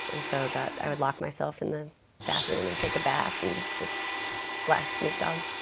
and so that i would lock myself in the bathroom and take a bath and just blast snoop dogg.